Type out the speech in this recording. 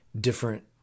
different